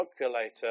calculator